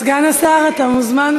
סגן השר, אתה מוזמן.